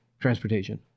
transportation